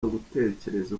ugutekereza